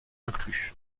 inclus